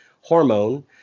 hormone